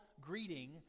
greeting